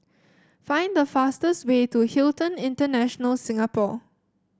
find the fastest way to Hilton International Singapore